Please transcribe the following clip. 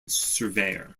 surveyor